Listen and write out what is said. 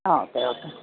ആ okay okay